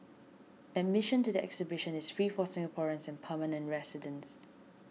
admission to the exhibition is free for Singaporeans and permanent residents